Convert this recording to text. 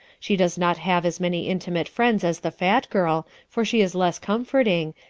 she does not have as many intimate friends as the fat girl, for she is less comforting,